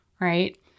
right